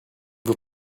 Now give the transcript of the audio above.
vos